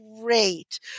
great